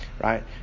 right